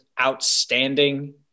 outstanding